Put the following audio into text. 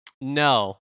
No